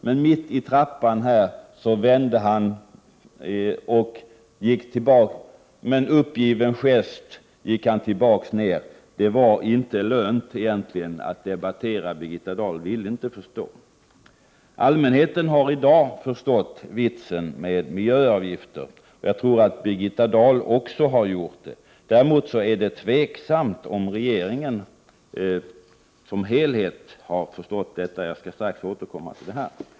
Men mitt i trappan vände han, och med en uppgiven gest gick han tillbaka. Det var egentligen inte lönt att debattera. Birgitta Dahl ville inte förstå. Allmänheten har i dag förstått vitsen med miljöavgifter, och jag tror att Birgitta Dahl också har gjort det. Däremot är det tveksamt om regeringen 31 som helhet har förstått det; jag skall strax återkomma till detta.